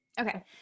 Okay